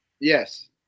Yes